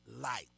light